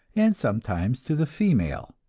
and sometimes to the female.